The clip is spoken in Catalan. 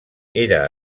era